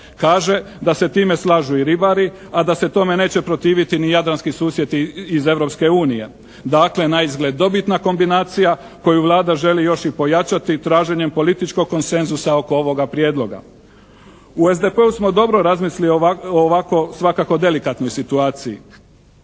Kaže, da se time slažu i ribari a da se tome neće protiviti ni jadranski susjedi iz Europske unije. Dakle, naizgled dobitna kombinacija koju Vlada želi još i pojačati traženjem političkog konsenzusa oko ovoga prijedloga. U SDP-u smo dobro razmislili o ovako svakako delikatnoj situaciji.